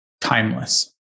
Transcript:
timeless